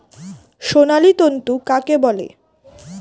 সোনালী তন্তু কাকে বলে?